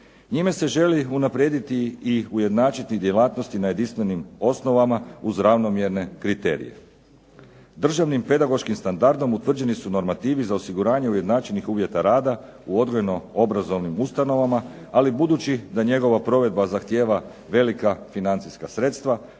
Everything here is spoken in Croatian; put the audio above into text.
Njime se želi unaprijediti i ujednačiti djelatnosti na jedinstvenim osnovama uz ravnomjerne kriterije. Državnim pedagoškim standardom utvrđeni su normativi za osiguranje ujednačenih uvjeta rada u odgojno-obrazovnim ustanovama, ali budući da njegova provedba zahtijeva velika financijska sredstva